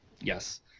Yes